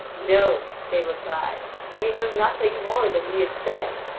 no they replied we know nothing more than we have said,